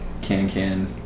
can-can